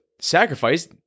sacrifice